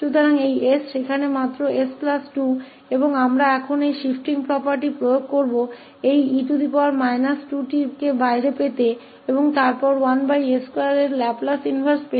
तो यह s वहां केवल 𝑠 2 है और अब हम इस शिफ्टिंग गुण को लागू करेंगे इस e 2t को बहार प्राप्त करने के लिए और फिर 1s2के लाप्लास इनवर्स को